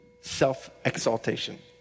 self-exaltation